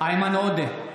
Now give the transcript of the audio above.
איימן עודה,